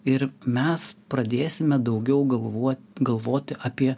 ir mes pradėsime daugiau galvot galvoti apie